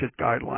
guidelines